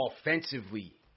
Offensively